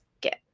get